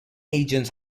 agents